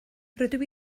rydw